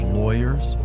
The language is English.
lawyers